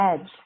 edge